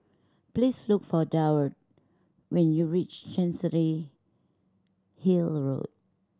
please look for Durward when you reach Chancery Hill Road